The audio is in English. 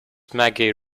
maggie